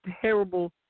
terrible